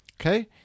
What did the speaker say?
okay